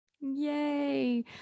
Yay